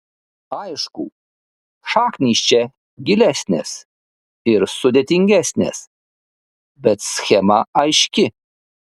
aišku šaknys čia gilesnės ir sudėtingesnės bet schema aiški